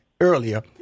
earlier